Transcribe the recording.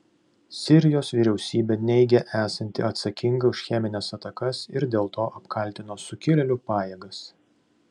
sirijos vyriausybė neigia esanti atsakinga už chemines atakas ir dėl to apkaltino sukilėlių pajėgas